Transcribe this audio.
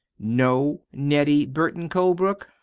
know nettie burton colebrook?